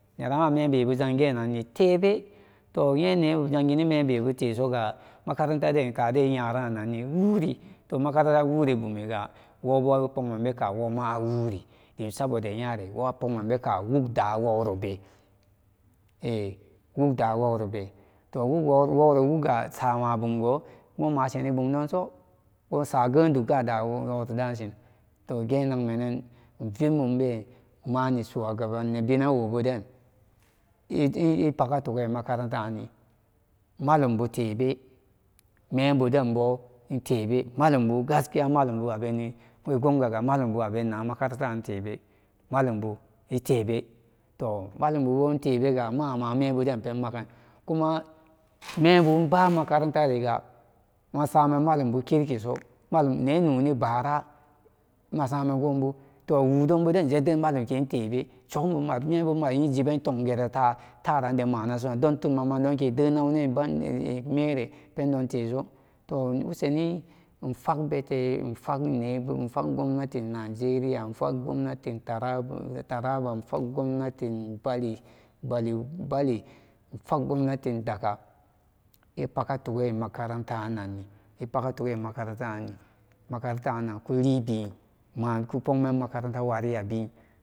Neran amembebu jangin nni tebe toh inye nebu zanginin mebebu tesoga makarantaden kaden nyarananni wuri toh makarantada wuri bumiga wobo apogmenbeka awuri dimsaboda nyare wo apogmen beka wugde wog wrobe wogda wowrobe sama bymgo kuma masheni bumdonso gosage dugga dari woowro da shin toh genagmene iv mumbe suwaga nebenen woden ipaga tuge makarantadani malumbu tebe mebu denbo inttebe malumba gaskiya malumbu aben gewongaga gaskiya malumbu abenna makarantaran tebe malumbu itebe toh malumbubo itebega mama membuden penmagan kuma mebuden mebu iba makarantariga masamen malumbu kirkiso malum ne nóóni báára masamen gobu toh wudun bugen ded malumbu tebe sogumbu ima membumayin jiben tongeren tarande mana soran nedon ke tubnonnin banza mere pendon teso toh woseni infagbete infagbete infagmebu ifag gobnatin najeriya infag gabnatin taraba ifag som bratin bali bali bali infag gwobnatin dakka ipaga tuge makarantaranni ipaga tuge makaranta ranni makarantaran tan ma ku pogmenda makaranta warira bi kupaga tugen.